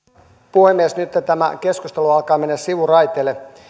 puhemies nytten tämä keskustelu alkaa menemään sivuraiteille